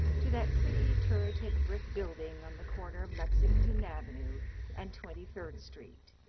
to that pretty, turreted brick building on the corner of lexington avenue and twenty-third street,